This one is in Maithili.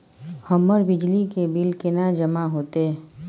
हमर बिजली के बिल केना जमा होते?